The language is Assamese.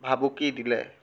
ভাবুকি দিলে